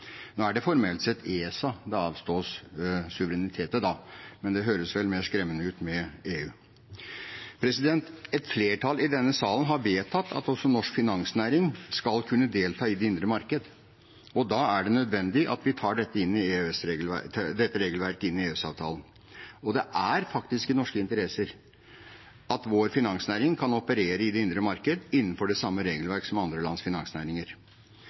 Nå er det formelt sett ESA det avstås suverenitet til, men det høres vel mer skremmende ut med EU. Et flertall i denne salen har vedtatt at også norsk finansnæring skal kunne delta i det indre marked. Da er det nødvendig at vi tar dette regelverket inn i EØS-avtalen. Det er faktisk i norsk interesse at vår finansnæring kan operere i det indre marked innenfor det samme regelverk som andre lands finansnæringer.